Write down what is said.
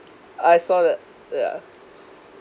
I saw that yeah